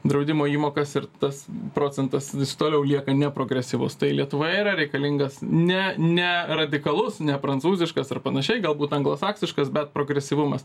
draudimo įmokas ir tas procentas vis toliau lieka neprogresyvus tai lietuvoje yra reikalingas ne ne radikalus ne prancūziškas ar panašiai galbūt anglosaksiškas bet progresyvumas